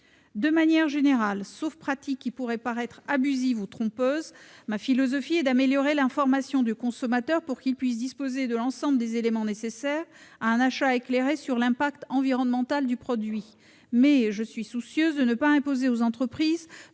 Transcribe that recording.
De manière générale, sauf pratique qui pourrait paraître abusive ou trompeuse, ma philosophie est d'améliorer l'information du consommateur pour qu'il puisse disposer de l'ensemble des éléments nécessaires à un achat éclairé sur l'impact environnemental du produit. Mais je suis soucieuse de ne pas imposer aux entreprises